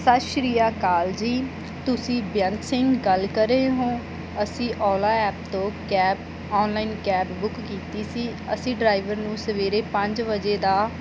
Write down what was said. ਸਤਿ ਸ਼੍ਰੀ ਅਕਾਲ ਜੀ ਤੁਸੀਂ ਬੇਅੰਤ ਸਿੰਘ ਗੱਲ ਕਰ ਰਹੇ ਹੋ ਅਸੀਂ ਓਲਾ ਐਪ ਤੋਂ ਕੈਬ ਆਨਲਾਈਨ ਕੈਬ ਬੁੱਕ ਕੀਤੀ ਸੀ ਅਸੀਂ ਡਰਾਈਵਰ ਨੂੰ ਸਵੇਰੇ ਪੰਜ ਵਜੇ ਦਾ